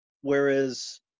Whereas